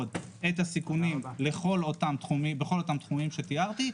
את הסיכונים בכל אותם תחומים שתיארתי,